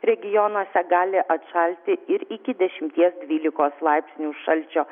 regionuose gali atšalti ir iki dešimties dvylikos laipsnių šalčio